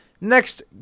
Next